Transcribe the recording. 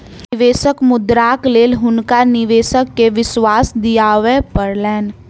निवेशक मुद्राक लेल हुनका निवेशक के विश्वास दिआबय पड़लैन